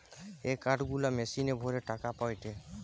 এ card গুলা মেশিনে ভরে টাকা পায়টে